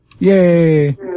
Yay